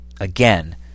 again